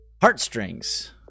Heartstrings